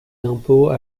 d’impôts